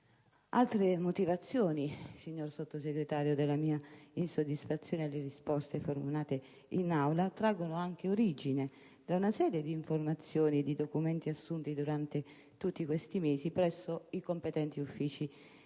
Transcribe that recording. Altre motivazioni, signor Sottosegretario, della mia insoddisfazione alle risposte ricevute in Aula traggono origine da una serie di informazioni e di documenti assunti, durante tutti questi mesi, presso i competenti uffici